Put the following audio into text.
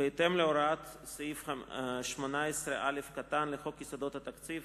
בהתאם להוראת סעיף 18(א) לחוק יסודות התקציב,